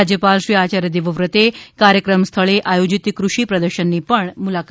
રાજ્યપાલશ્રી આચાર્ય દેવવ્રતે કાર્યક્રમ સ્થળે આયોજિત કૃષિ પ્રદર્શનની પણ મુલાકાત લીધી હતી